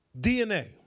DNA